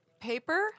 Paper